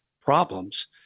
problems